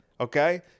Okay